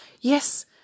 yes